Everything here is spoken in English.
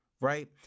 right